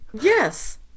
Yes